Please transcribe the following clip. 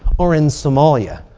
or in somalia.